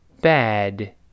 bad